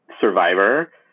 Survivor